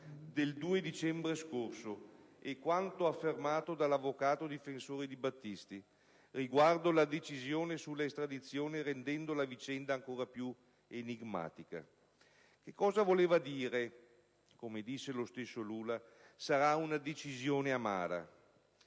del 2 dicembre scorso e le affermazioni dell'avvocato difensore di Battisti riguardo alla decisione sull'estradizione, che resero la vicenda ancora più enigmatica. Che cosa voleva dire, come disse lo stesso presidente Lula: «sarà una decisione amara»?